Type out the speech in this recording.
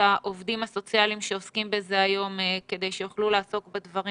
העובדים הסוציאליים שעוסקים בזה היום כדי שיוכלו לעסוק בדברים